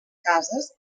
cases